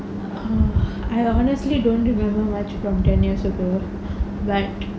err I honestly don't remember much from ten years ago like